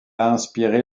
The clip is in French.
inspiré